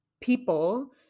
people